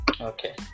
Okay